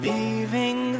Leaving